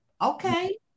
okay